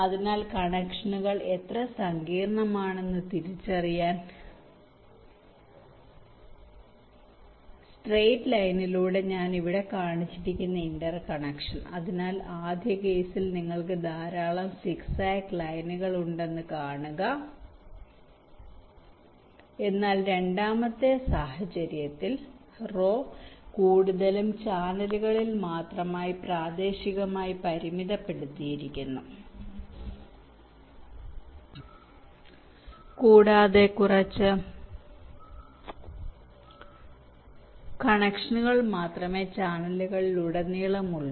അതിനാൽ കണക്ഷനുകൾ എത്ര സങ്കീർണമാണെന്നറിയാൻ സ്ട്രൈറ് ലൈനിലൂടെ ഞാൻ ഇവിടെ കാണിച്ചിരിക്കുന്ന ഇന്റർകണക്ഷൻ അതിനാൽ ആദ്യ കേസിൽ നിങ്ങൾ ധാരാളം സിഗ്സാഗ് ലൈനുകൾ ഉണ്ടെന്ന് കാണുക എന്നാൽ രണ്ടാമത്തെ സാഹചര്യത്തിൽ റോ കൂടുതലും ചാനലുകളിൽ മാത്രമായി പ്രാദേശികമായി പരിമിതപ്പെടുത്തിയിരിക്കുന്നു കൂടാതെ കുറച്ച് കണക്ഷനുകൾ മാത്രമേ ചാനലുകളിലുടനീളമുള്ളൂ